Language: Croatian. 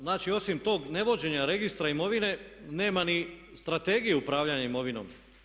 Znači, osim tog nevođenja Registra imovine nema ni Strategije upravljanja imovinom.